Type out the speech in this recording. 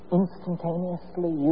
instantaneously